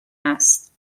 است